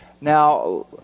Now